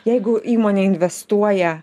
jeigu įmonė investuoja